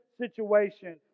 situation